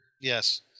Yes